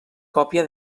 còpia